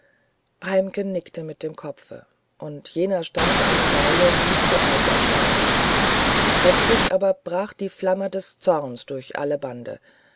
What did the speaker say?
heimken nickte mit dem kopfe und jener stand eine weile wie zu eis erstarrt plötzlich aber brach die flamme seines zorns durch alle bande